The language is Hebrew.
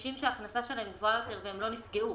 מאנשים שההכנסה שלהם גבוהה יותר והם לא נפגעו.